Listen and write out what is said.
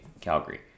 Calgary